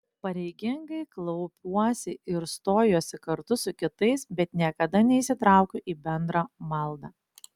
pareigingai klaupiuosi ir stojuosi kartu su kitais bet niekada neįsitraukiu į bendrą maldą